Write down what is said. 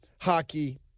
Hockey